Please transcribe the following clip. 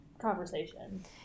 conversation